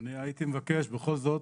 אני הייתי מבקש, בכל זאת,